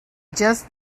just